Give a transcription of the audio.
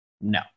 No